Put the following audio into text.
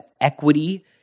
equity